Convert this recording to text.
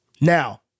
Now